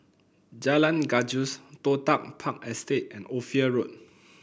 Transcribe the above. Jalan Gajus Toh Tuck Park Estate and Ophir Road